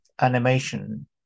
animation